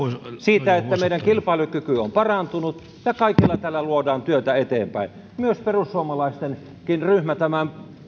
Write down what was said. siitä että meidän kilpailukyky on parantunut ja kaikella tällä luodaan työtä eteenpäin myös perussuomalaisten ryhmä tähän